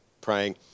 praying